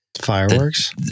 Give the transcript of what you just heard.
fireworks